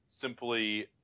simply